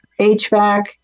HVAC